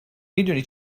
میدونی